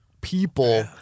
people